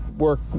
work